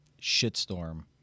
shitstorm